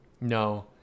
no